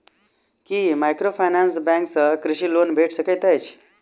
की microfinance bank सँ कृषि loan भेटि सकैत अछि?